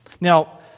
Now